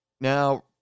Now